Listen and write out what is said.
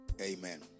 Amen